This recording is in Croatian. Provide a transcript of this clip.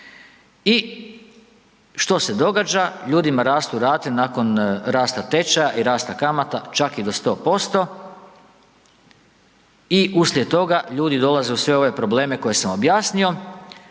i što se događa? Ljudima rastu rate nakon rasta tečaja i rasta kamata čak i do 100% i uslijed toga ljudi dolaze u sve ove probleme koje sam objasnio